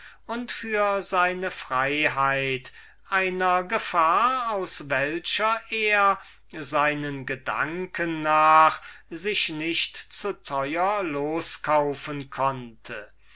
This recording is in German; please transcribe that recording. und für seine freiheit einer gefahr aus der er seinen gedanken nach sich nicht zu teuer loskaufen konnte